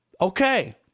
Okay